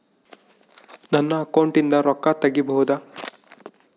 ನನ್ನ ಅಕೌಂಟಿಂದ ರೊಕ್ಕ ತಗಿಬಹುದಾ?